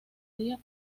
día